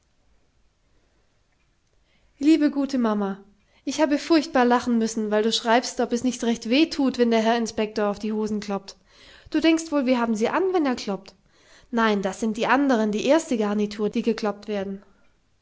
liebe gute mama ich habe furchtbar lachen müssen weil du schreibst ob es nicht recht wehthut wenn der herr inspektor auf die hosen kloppt du denkst wol wir haben sie an wenn er kloppt nein das sind die andern die erste garnitur die gekloppt werden